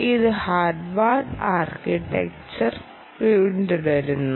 ഇത് Harvard architecture പിന്തുടരുന്നു